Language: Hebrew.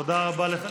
תודה רבה לחבר,